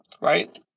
right